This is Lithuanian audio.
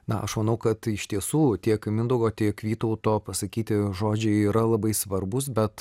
na aš manau kad iš tiesų tiek mindaugo tiek vytauto pasakyti žodžiai yra labai svarbūs bet